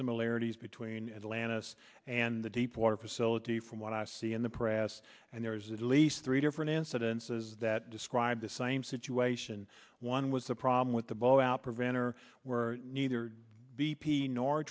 similarities between atlantis and the deepwater facility from what i see in the press and there's at least three different incidences that described the same situation one was the problem with the blowout preventer neither b p nor